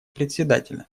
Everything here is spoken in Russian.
председателя